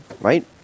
right